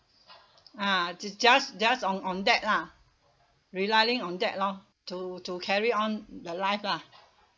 ah just just on on that lah relying on that lor to to carry on the life lah